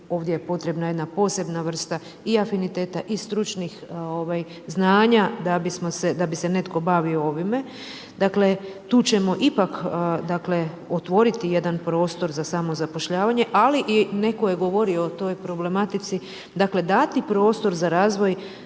ovdje je potrebna jedna posebna vrsta i afiniteta i stručnih znanja da bi se netko bavio ovime. Dakle, tu ćemo ipak otvoriti jedan prostor za samozapošljavanje, ali i netko je govorio o toj problematici, dakle, dati prostor za razvoj